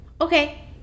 Okay